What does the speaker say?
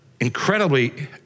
incredibly